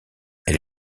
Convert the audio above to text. elle